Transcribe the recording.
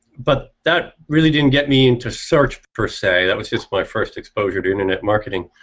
but that really didn't get me into search per se, that was just my first exposure to internet marketing.